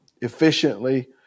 efficiently